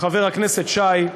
חבר הכנסת שי,